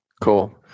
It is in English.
Cool